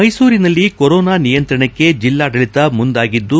ಮೈಸೂರಿನಲ್ಲಿ ಕೊರೋನಾ ನಿಯಂತ್ರಣಕ್ಕೆ ಜಿಲ್ಡಾಡಳಿತ ಮುಂದಾಗಿದ್ದು